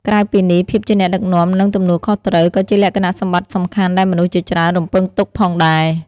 ក្រៅពីនេះ ភាពជាអ្នកដឹកនាំ និង ទំនួលខុសត្រូវ ក៏ជាលក្ខណៈសម្បត្តិសំខាន់ដែលមនុស្សជាច្រើនរំពឹងទុកផងដែរ។